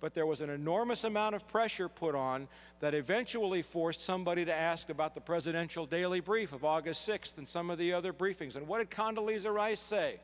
but there was an enormous amount of pressure put on that eventually for somebody to ask about the presidential daily brief of august sixth and some of the other briefings and what